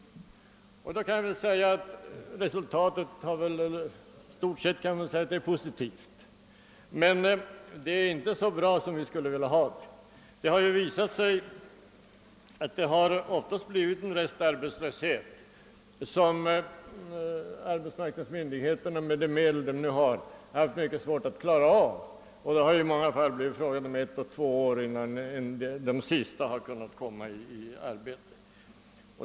I stort sett kan vi väl säga att resultatet har varit positivt, men det är inte så bra som vi skulle vilja ha det. Det har ju visat sig att det ofta blivit en restarbetslöshet som arbetsmarknadsmyndigheterna med de medel, som de nu har, haft mycket svårt att klara av. Det har i många fall dröjt ett å två år innan de sista har kunnat beredas arbete.